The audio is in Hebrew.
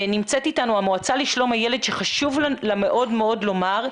נמצאת איתנו המועצה לשלום הילד שחשוב לה מאוד מאוד לומר,